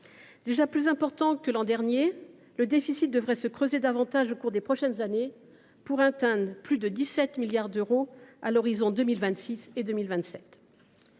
Déjà plus important que l’an dernier, le déficit devrait se creuser au cours des prochaines années pour atteindre plus de 17 milliards d’euros en 2026 et en 2027.